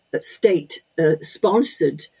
state-sponsored